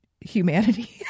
humanity